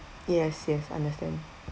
yes yes understand